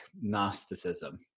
Gnosticism